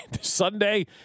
Sunday